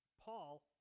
Paul